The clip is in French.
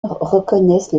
reconnaissent